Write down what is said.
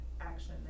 action